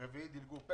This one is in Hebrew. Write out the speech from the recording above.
ברביעי דילגו,